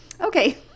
okay